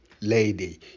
lady